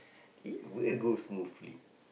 it will go smoothly